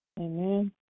Amen